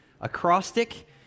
Acrostic